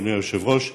אדוני היושב-ראש,